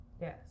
Yes